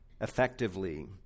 effectively